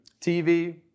TV